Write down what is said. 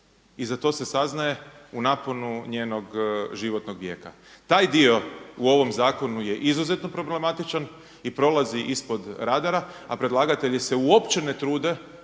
i za to se saznaje u naponu njenog životnog vijeka. Taj dio u ovom zakonu je izuzetno problematičan i prolazi ispod radara, a predlagatelji se uopće ne trude